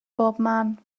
bobman